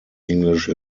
english